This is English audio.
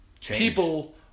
people